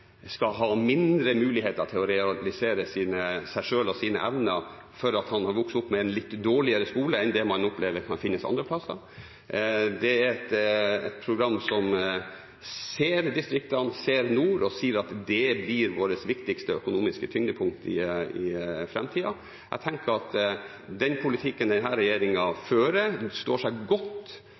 skal ha mindre muligheter til å realisere seg selv og sine evner fordi han har vokst opp med en litt dårligere skole enn det man opplever at finnes andre plasser. Det er et program som ser distriktene, som ser nord, og sier at det blir vårt viktigste økonomiske tyngdepunkt i framtida. Jeg tenker at den politikken denne regjeringen fører, står seg godt